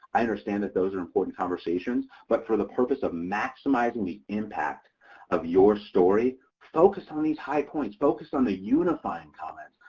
i understand that those are important conversation, but for the purpose of maximizing the impact of your story, focus on these high points, focus on the unifying comment.